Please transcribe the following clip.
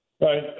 Right